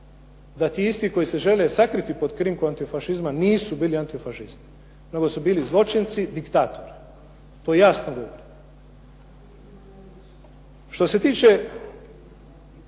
da ti isti koji se žele sakriti pod krinkom antifašizma nisu bili antifašisti, nego su bili zločinci diktatori. To jasno govorim. Što se tiče